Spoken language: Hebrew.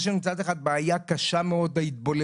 יש לנו מצד אחד בעיה קשה מאוד של התבוללות,